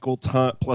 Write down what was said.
plus